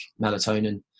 melatonin